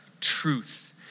truth